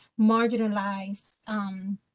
marginalized